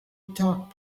talk